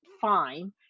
fine